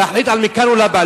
להחליט על מכאן ולהבא,